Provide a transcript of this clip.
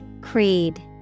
Creed